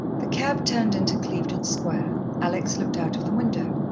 the cab turned into clevedon square. alex looked out of the window.